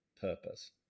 purpose